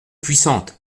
puissante